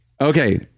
Okay